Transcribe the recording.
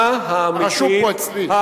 אתה רשום פה אצלי.